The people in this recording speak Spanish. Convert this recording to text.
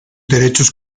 derechos